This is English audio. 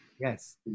Yes